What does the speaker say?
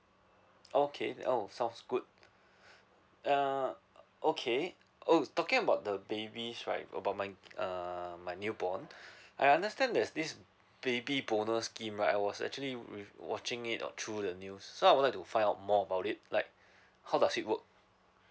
okay now sounds good uh okay oh talking about the babies right about my err my new born I understand there's this baby bonus scheme right I was actually with watching it or through the news so I would like to find out more about it like how does it work